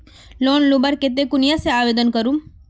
Loan लुबार केते कुनियाँ से आवेदन करूम?